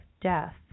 death